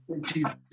Jesus